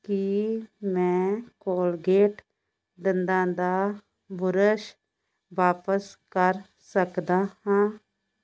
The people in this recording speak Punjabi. ਕੀ ਮੈਂ ਕੋਲਗੇਟ ਦੰਦਾਂ ਦਾ ਬੁਰਸ਼ ਵਾਪਸ ਕਰ ਸਕਦਾ ਹਾਂ